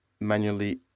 manually